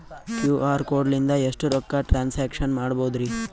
QR code ಲಿಂದ ಎಷ್ಟ ರೊಕ್ಕ ಟ್ರಾನ್ಸ್ಯಾಕ್ಷನ ಮಾಡ್ಬೋದ್ರಿ?